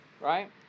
Right